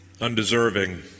undeserving